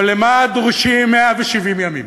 אבל למה דרושים 170 ימים?